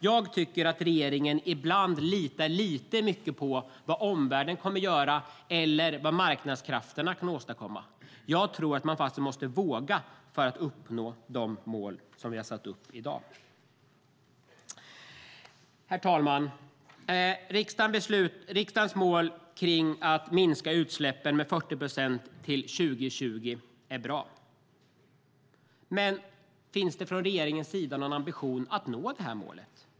Jag tycker att regeringen ibland litar väl mycket på vad omvärlden kommer att göra eller vad marknadskrafterna kan åstadkomma. Jag tror faktiskt att man måste våga för att uppnå de mål som vi har satt upp i dag. Herr talman! Riksdagens mål om att minska utsläppen med 40 procent till 2020 är bra. Men finns det från regeringens sida någon ambition att nå det här målet?